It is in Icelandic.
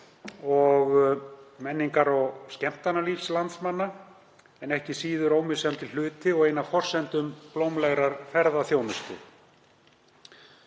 og menningar- og skemmtanalífs landsmanna en ekki síður ómissandi hluti og ein af forsendum blómlegrar ferðaþjónustu.